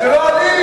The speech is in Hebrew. זה לא אני.